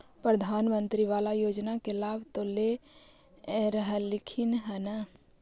प्रधानमंत्री बाला योजना के लाभ तो ले रहल्खिन ह न?